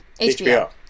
HBO